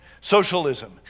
socialism